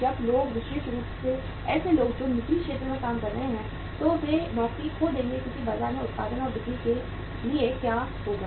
जब लोग विशेष रूप से ऐसे लोग जो निजी क्षेत्र में काम कर रहे हैं तो वे नौकरी खो देंगे क्योंकि बाजार में उत्पादन और बिक्री के लिए क्या होगा